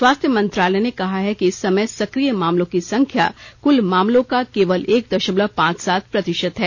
स्वास्थ्य मंत्रालय ने कहा है कि इस समय सक्रिय मामलों की संख्या कुल मामलों का केवल एक देशमलव पांच सात प्रतिशत है